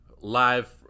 live